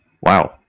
Wow